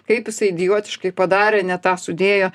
kaip jisai idiotiškai padarė ne tą sudėjo